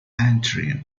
antrim